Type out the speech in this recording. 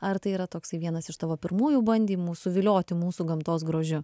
ar tai yra toksai vienas iš tavo pirmųjų bandymų suvilioti mūsų gamtos grožiu